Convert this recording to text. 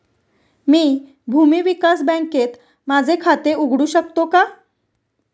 मी भूमी विकास बँकेत माझे खाते उघडू शकतो का?